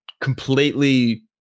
completely